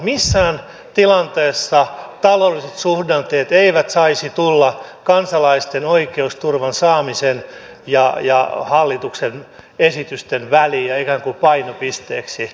missään tilanteessa taloudelliset suhdanteet eivät saisi tulla kansalaisten oikeusturvan saamisen ja hallituksen esitysten väliin ja ikään kuin painopisteeksi